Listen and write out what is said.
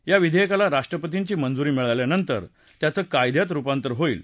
या विधेयकाला राष्ट्रपतींची मंजुरी मिळाल्यानंतर त्याचं कायद्यात रुपांतर होईल